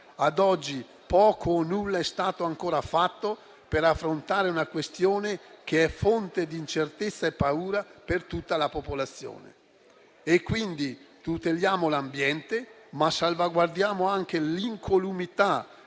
ad oggi poco o nulla è stato fatto per affrontare una questione che è fonte di incertezza e paura per tutta la popolazione. Quindi, tuteliamo l'ambiente, ma salvaguardiamo anche l'incolumità